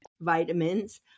vitamins